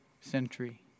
century